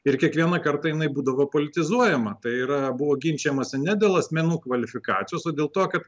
ir kiekvieną kartą jinai būdavo politizuojama tai yra buvo ginčijamasi ne dėl asmenų kvalifikacijos o dėl to kad